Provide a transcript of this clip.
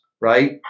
right